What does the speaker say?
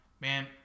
man